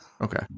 Okay